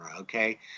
okay